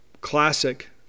classic